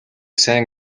сайн